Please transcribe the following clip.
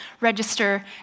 register